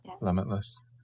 Limitless